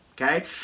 okay